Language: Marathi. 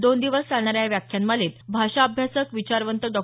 दोन दिवस चालणाऱ्या या व्याख्यानमालेत भाषा अभ्यासक विचारवंत डॉ